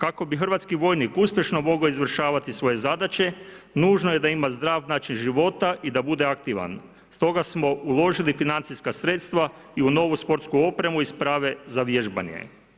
Kako bi hrvatski vojnik uspješno mogao izvršavati svoje zadaće, nužno je da ima zdrav način života i da bude aktivan, stoga smo uložili financijska sredstva i u novu sportsku opremu i sprave za vježbanje.